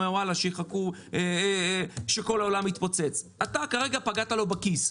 שכל העולם יתפוצץ אתה כרגע פגעת לו בכיס,